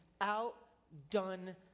outdone